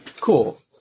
Cool